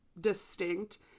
distinct